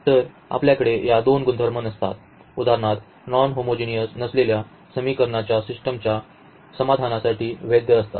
तर आपल्याकडे या दोन गुणधर्म नसतात उदाहरणार्थ नॉन होमोजिनिअस नसलेल्या समीकरणांच्या सिस्टमच्या समाधानासाठी वैध असतात